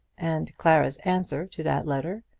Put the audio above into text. and clara's answer to that letter.